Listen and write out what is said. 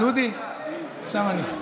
דודי, עכשיו אני.